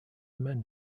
men